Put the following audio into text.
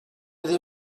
they